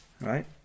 right